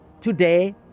Today